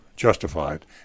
justified